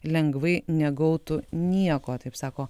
lengvai negautų nieko taip sako